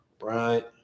right